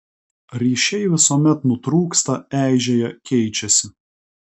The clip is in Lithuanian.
ryšiai visuomet nutrūksta eižėja keičiasi